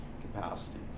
capacity